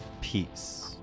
peace